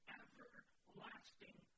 everlasting